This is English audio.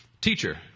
teacher